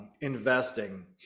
investing